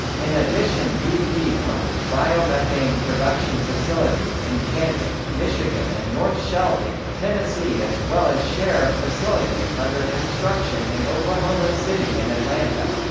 in addition bp owns biomethane production facilities in canton, michigan and north shelby, tennessee as well as share of facilities under construction in oklahoma city and atlanta.